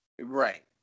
Right